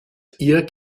ihr